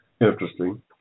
interesting